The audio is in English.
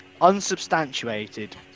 unsubstantiated